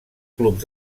clubs